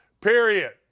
period